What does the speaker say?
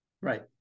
Right